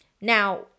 Now